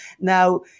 Now